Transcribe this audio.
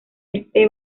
este